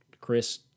Chris